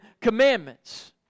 commandments